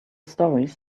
stories